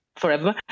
forever